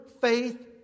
faith